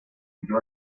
huyó